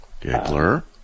Giggler